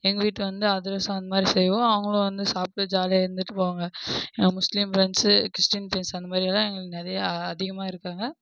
எங்கள் வீட்டில் வந்து அதிரசம் அந்தமாதிரி செய்வோம் அவங்களும் வந்து சாப்பிட்டு ஜாலியாக இருந்துவிட்டு போவாங்க எனக்கு முஸ்லீம் ஃப்ரெண்ட்ஸு கிறிஸ்டின் ஃப்ரெண்ட்ஸ் அந்தமாதிரியலாம் எங்களுக்கு நிறையா அதிகமாக இருக்காங்க